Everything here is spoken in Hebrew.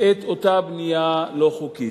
את אותה בנייה לא חוקית.